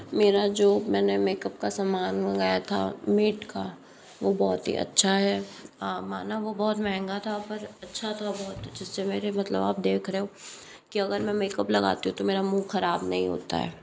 मेरा जो मैंने मेकअप का समान मंगाया था मीट का वो बहुत ही अच्छा है माना वो बहुत महंगा था पर अच्छा था बहुत जिससे मेरे मतलब आप देख रहे हो कि अगर मैं मेकअप लगाती हूँ तो मेरा मुँह ख़राब नहीं होता है